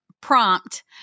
prompt